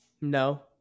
No